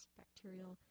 bacterial